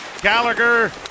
Gallagher